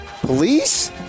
Police